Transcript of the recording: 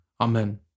Amen